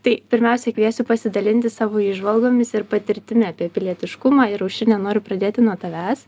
tai pirmiausiai kviesiu pasidalinti savo įžvalgomis ir patirtimi apie pilietiškumą ir aušrine noriu pradėti nuo tavęs